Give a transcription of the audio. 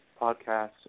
podcast